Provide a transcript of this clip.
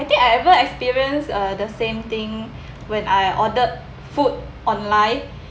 I think I ever experienced uh the same thing when I ordered food online